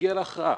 נגיע להכרעה,